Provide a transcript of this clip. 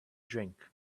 drink